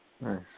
Nice